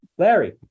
Larry